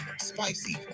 spicy